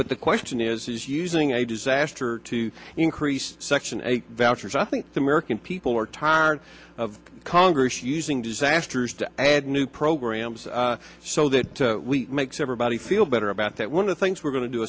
but the question is using a disaster to increase section eight vouchers i think the american people are tired of congress using disasters to add new programs so that makes everybody feel better about that one of the things we're going to do